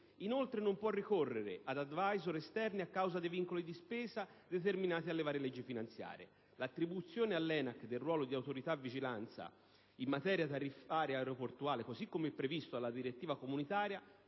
Inoltre, non può ricorrere ad *advisor* esterni a causa dei vincoli di spesa determinati dalle varie leggi finanziarie. L'attribuzione all'ENAC del ruolo di autorità di vigilanza in materia tariffaria aeroportuale, così come previsto dalla direttiva comunitaria,